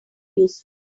useful